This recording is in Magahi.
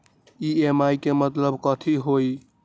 ई.एम.आई के मतलब कथी होई?